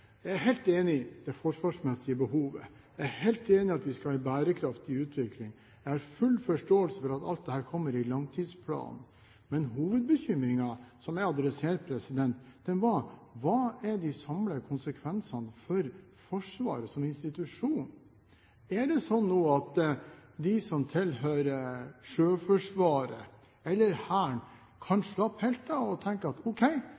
Jeg er helt enig i det forsvarsmessige behovet, jeg er helt enig i at vi skal ha en bærekraftig utvikling, og jeg har full forståelse for at alt dette kommer i langtidsplanen, men hovedbekymringen som jeg adresserte, var: Hva er de samlede konsekvensene for Forsvaret som institusjon? Er det sånn nå at de som tilhører Sjøforsvaret eller Hæren, kan slappe helt av og tenke at ok,